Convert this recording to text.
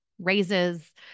raises